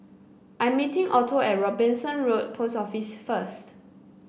I'm meeting Otto at Robinson Road Post Office first